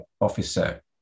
officer